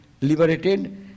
liberated